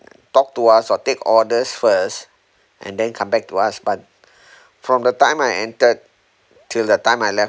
talk to us or take orders first and then come back to us but from the time I entered till the time I left